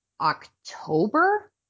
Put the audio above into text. October